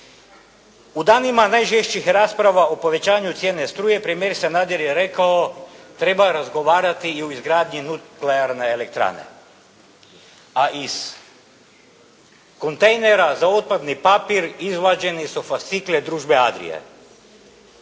U danima najžešćih rasprava o povećanju cijene struje premijer Sanader rekao treba razgovarati i o izgradnji nuklearne elektrane, a iz kontejnera za otpadni papir izvađeni su fascikli družbe Adria.